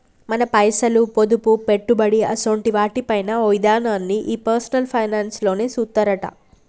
మన పైసలు, పొదుపు, పెట్టుబడి అసోంటి వాటి పైన ఓ ఇదనాన్ని ఈ పర్సనల్ ఫైనాన్స్ లోనే సూత్తరట